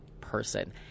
person